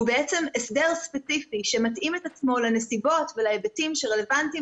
והוא הסדר ספציפי שמתאים את עצמו לנסיבות ולהיבטים שרלוונטיים